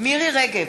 מירי רגב,